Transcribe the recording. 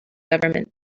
government